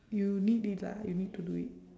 you need it lah you need to do it